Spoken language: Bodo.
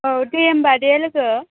औ दे होनब्ला दे लोगो